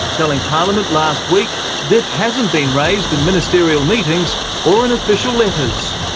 telling parliament last week diff hasn't been raised in ministerial meetings or in official letters.